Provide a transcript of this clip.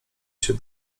się